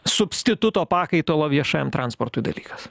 substituto pakaitalo viešajam transportui dalykas